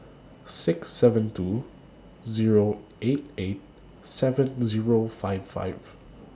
six seven two Zero eight eight seven Zero five five